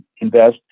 invest